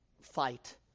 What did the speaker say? fight